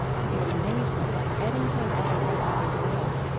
to the amazement of eddington and the rest of the world,